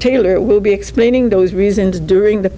taylor will be explaining those reasons during the